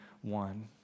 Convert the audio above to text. one